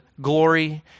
glory